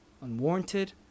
Unwarranted